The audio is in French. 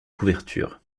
couverture